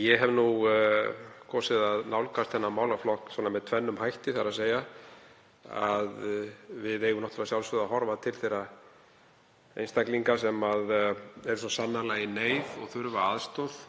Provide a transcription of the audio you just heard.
Ég hef nú kosið að nálgast þennan málaflokk með tvennum hætti, þ.e. að við eigum að sjálfsögðu að horfa til þeirra einstaklinga sem eru svo sannarlega í neyð og þurfa aðstoð